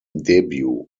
debut